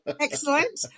Excellent